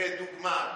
לדוגמה,